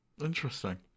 Interesting